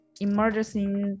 emergency